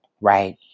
Right